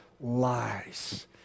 lies